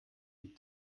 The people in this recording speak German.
die